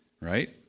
right